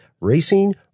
racing